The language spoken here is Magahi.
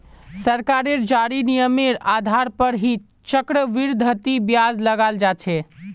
सरकारेर जारी नियमेर आधार पर ही चक्रवृद्धि ब्याज लगाल जा छे